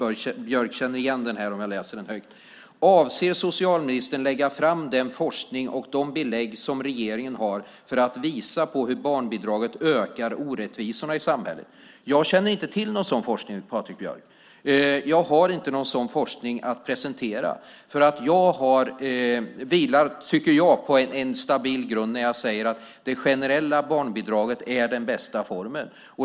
Den fråga som han har ställt är formulerad så här: Avser socialministern att lägga fram den forskning och de belägg som regeringen har för att visa på hur barnbidraget ökar orättvisorna i samhället? Jag känner inte till någon sådan forskning, Patrik Björck. Jag har inte någon sådan forskning att presentera. Jag tycker att jag vilar på en stabil grund när jag säger att det generella barnbidraget är den bästa formen.